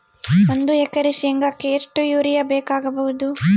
ಒಂದು ಎಕರೆ ಶೆಂಗಕ್ಕೆ ಎಷ್ಟು ಯೂರಿಯಾ ಬೇಕಾಗಬಹುದು?